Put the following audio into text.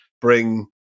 bring